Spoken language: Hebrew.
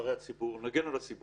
נבחרי הציבור, נוכל להגן על הציבור